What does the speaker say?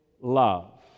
love